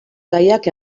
gaiak